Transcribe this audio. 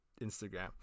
Instagram